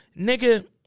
nigga